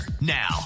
Now